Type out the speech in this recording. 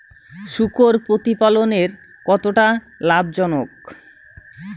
শূকর প্রতিপালনের কতটা লাভজনক?